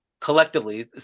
collectively